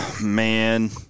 Man